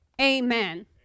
amen